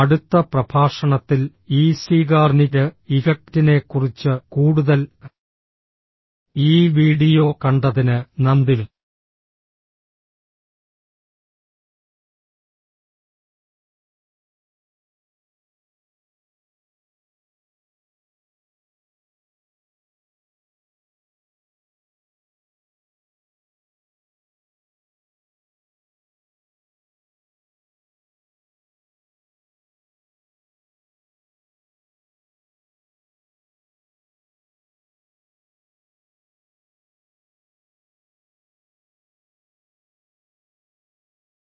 അടുത്ത പ്രഭാഷണത്തിൽ ഈ സീഗാർനിക് ഇഫക്റ്റിനെക്കുറിച്ച് കൂടുതൽ ഈ വീഡിയോ കണ്ടതിന് നന്ദി